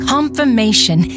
Confirmation